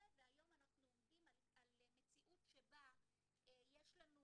והיום אנחנו עומדים על מציאות שבה יש לנו